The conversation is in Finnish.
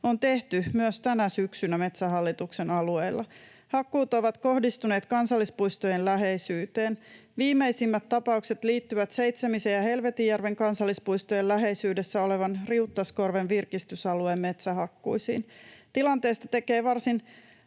on tehty myös tänä syksynä Metsähallituksen alueilla. Hakkuut ovat kohdistuneet kansallispuistojen läheisyyteen. Viimeisimmät tapaukset liittyvät Seitsemisen ja Helvetinjärven kansallispuistojen läheisyydessä olevan Riuttaskorven virkistysalueen metsähakkuisiin. Tilanteesta tekee varsin